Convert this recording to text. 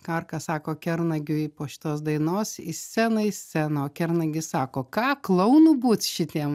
karka sako kernagiui po šitos dainos į sceną į sceną o kernagis sako ką klaunu būt šitiem